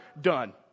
done